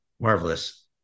Marvelous